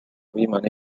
viimane